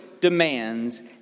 demands